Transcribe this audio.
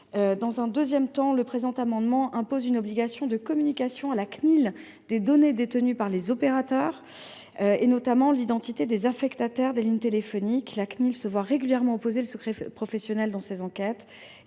amendement vise également à imposer une obligation de communication à la Cnil des données détenues par les opérateurs, notamment l’identité des affectataires des lignes téléphoniques. La Cnil se voit régulièrement opposer le secret professionnel dans ses enquêtes,